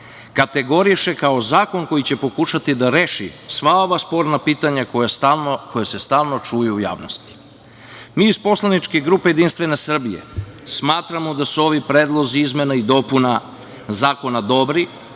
kategoriše kao zakon koji će pokušati da reši sva ova sporna pitanja koja se stalno čuju u javnosti. Mi iz poslaničke grupe Jedinstvena Srbija, smatramo da su ovi predlozi izmena i dopuna Zakona dobri,